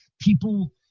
people